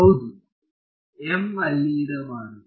ಹೌದು m ಅಲ್ಲಿ ಇರಬಾರದು